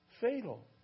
fatal